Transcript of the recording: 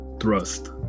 thrust